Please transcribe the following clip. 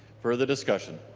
further discussion?